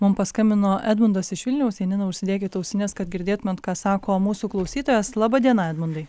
mum paskambino edmundas iš vilniaus janina užsidėkit ausines kad girdėtumėt ką sako mūsų klausytojas laba diena edmundai